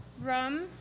rum